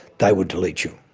they would delete you.